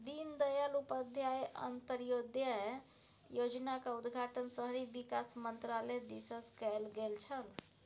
दीनदयाल उपाध्याय अंत्योदय योजनाक उद्घाटन शहरी विकास मन्त्रालय दिससँ कैल गेल छल